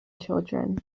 children